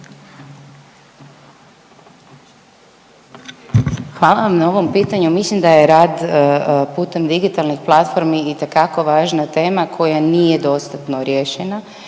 Hvala vam na ovom pitanju, mislim da je rad putem digitalnih platformi itekako važna tema koja nije dostatno riješena